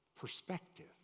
perspective